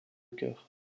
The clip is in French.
cœur